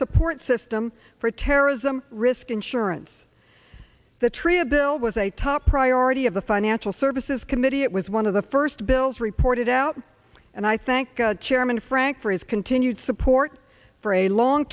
support system for terrorism risk insurance the tria bill was a top priority of the financial services committee it was one of the first bills reported out and i thank chairman frank for his continued support for a long